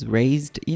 raised